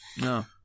No